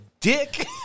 Dick